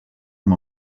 amb